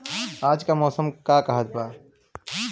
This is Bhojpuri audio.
आज क मौसम का कहत बा?